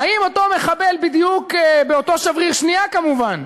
האם אותו מחבל, בדיוק באותו שבריר שנייה, כמובן,